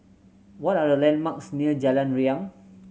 what are the landmarks near Jalan Riang